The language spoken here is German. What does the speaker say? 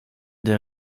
der